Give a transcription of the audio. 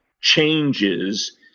changes